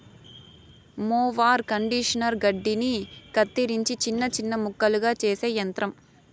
mower conditioner గడ్డిని కత్తిరించి చిన్న చిన్న ముక్కలుగా చేసే యంత్రం